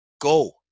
Go